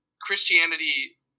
Christianity